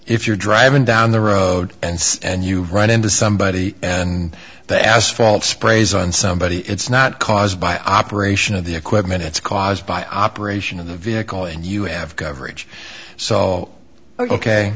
if you're driving down the road and you run into somebody and the asphalt sprays on somebody it's not caused by operation of the equipment it's caused by operation of the vehicle and you have coverage so ok